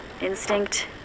instinct